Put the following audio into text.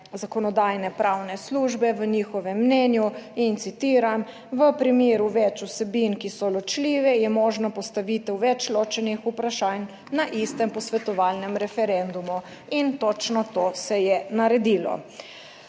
Zakonodajno-pravne službe v njihovem mnenju in citiram: V primeru več vsebin, ki so ločljive, je možno postavitev več ločenih vprašanj na istem posvetovalnem referendumu, in točno to se je naredilo.